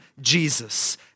Jesus